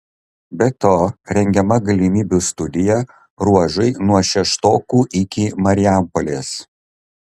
be to rengiama galimybių studija ruožui nuo šeštokų iki marijampolės